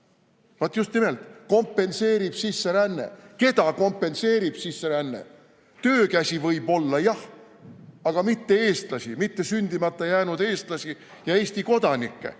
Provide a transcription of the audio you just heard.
Vaat just nimelt: kompenseerib sisseränne. Keda kompenseerib sisseränne? Töökäsi võib-olla jah. Aga mitte eestlasi, mitte sündimata jäänud eestlasi ja Eesti kodanike